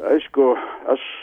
aišku aš